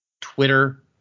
Twitter